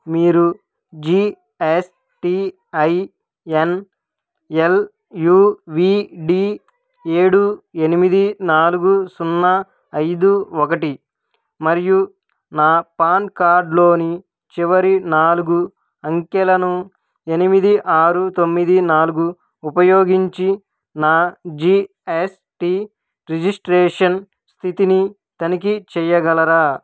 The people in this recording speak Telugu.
మీరు G S T I N L U V D ఏడు ఎనిమిది నాలుగు సున్నా ఐదు ఒకటి మరియు నా పాన్ కార్డ్లోని చివరి నాలుగు అంకెలను ఎనిమిది ఆరు తొమ్మిది నాలుగు ఉపయోగించి నా జీ ఎస్ టీ రిజిస్ట్రేషన్ స్థితిని తనిఖీ చేయగలరా